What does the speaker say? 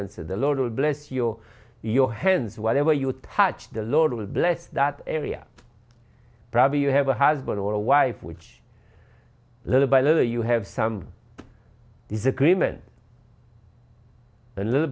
s the lord will bless your your hands whatever you touch the lord will bless that area probably you have a husband or a wife which little by little you have some disagreement and little